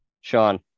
Sean